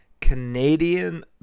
Canadian